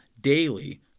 daily